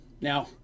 Now